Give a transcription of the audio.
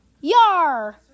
Yar